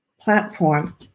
platform